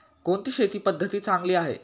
कोणती शेती पद्धती चांगली आहे?